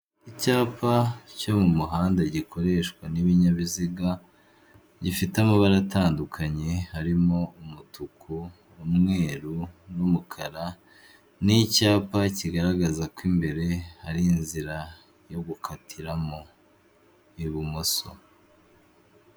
Icyapa cyo mu muhanda gikoreshwa n'ibinyabiziga gifite amabara atandukanye harimo umutuku n'umweruru n'umukara n'icyapa kigaragaza ko imbere hari inzira yo gukatiramo ibumoso.